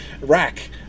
Rack